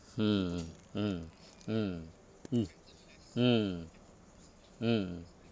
hmm mm mm mm mm mm